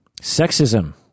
Sexism